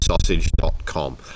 Sausage.com